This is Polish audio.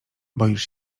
boisz